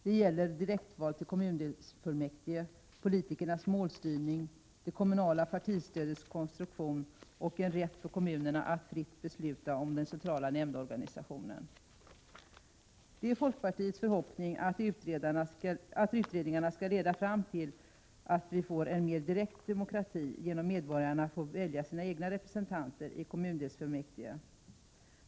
Det gäller direktval till kommundelsfullmäktige, politikernas målstyrning, det kommunala partistödets konstruktion och en rätt för kommunerna att fritt besluta om den centrala nämndorganisationen. Det är folkpartiets förhoppning att utredningarna skall leda fram till att vi får en mer direkt demokrati genom att medborgarna får välja sina egna representanter i kommundelsfullmäktige.